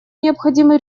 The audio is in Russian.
необходимы